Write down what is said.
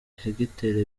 hegitari